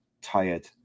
tired